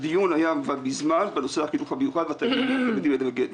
הדיון היה בנושא החינוך המיוחד והילדים האלרגניים.